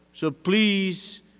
so please,